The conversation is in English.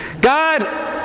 God